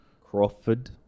Crawford